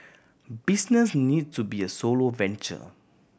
business need to be a solo venture